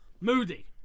Moody